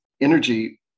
energy